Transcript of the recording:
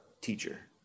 teacher